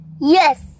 Yes